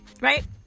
right